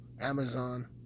Amazon